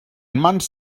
mans